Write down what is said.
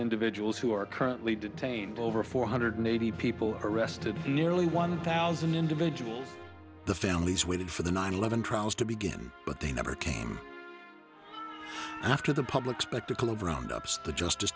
individuals who are currently detained over four hundred eighty people arrested nearly one thousand individuals the families waited for the nine eleven trials to begin but they never came after the public spectacle of round ups the justice